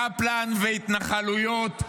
קפלן והתנחלויות.